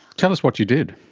tell us what you did.